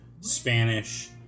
spanish